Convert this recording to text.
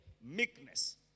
meekness